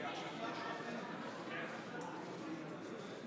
גם כאן הוגשו החתימות הנדרשות וההצבעה תהיה שמית.